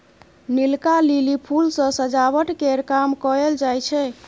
नीलका lily फुल सँ सजावट केर काम कएल जाई छै